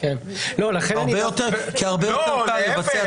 כי הרבה יותר קל לבצע תקיפה מנהלית.